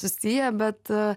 susiję bet